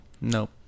Nope